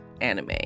anime